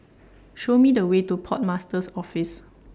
Show Me The Way to Port Master's Office